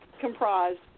comprised